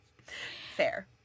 Fair